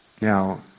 Now